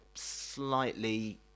slightly